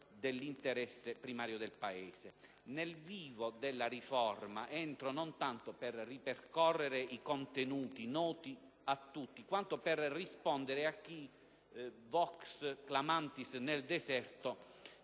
nel vivo della riforma, non tanto per ripercorrerne i contenuti, noti a voi tutti, quanto per rispondere a chi, *vox clamantis* nel deserto